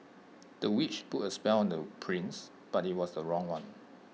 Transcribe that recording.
the witch put A spell on the prince but IT was the wrong one